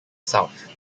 south